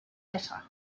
bitter